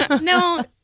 No